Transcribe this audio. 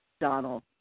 Donald